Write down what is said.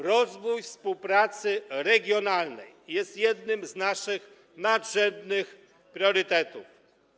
Rozwój współpracy regionalnej jest jednym z naszych nadrzędnych priorytetów.